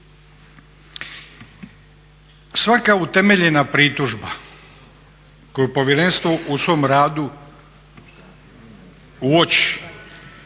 Svaka utemeljena pritužba koju povjerenstvo u svom radu uoči